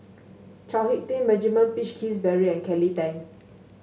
Chao HicK Tin Benjamin Peach Keasberry and Kelly Tang